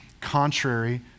contrary